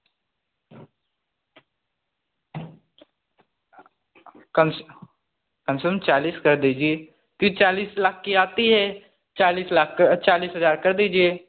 कम से कम से कम चालीस कर दीजिए फिर चालीस लाख की आती है चालीस लाख चालीस हज़ार कर दीजिए